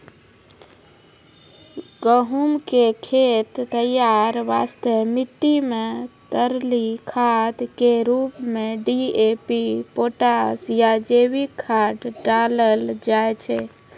गहूम के खेत तैयारी वास्ते मिट्टी मे तरली खाद के रूप मे डी.ए.पी पोटास या जैविक खाद डालल जाय छै